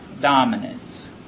dominance